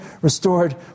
restored